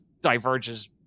diverges